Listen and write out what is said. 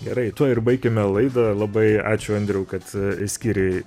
gerai tuo ir baikime laidą labai ačiū andriau kad skyrei